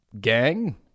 gang